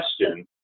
question